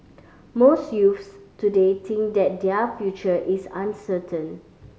most youths today think that their future is uncertain